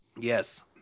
Yes